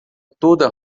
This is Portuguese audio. toda